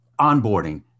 onboarding